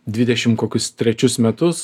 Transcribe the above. dvidešim kokius trečius metus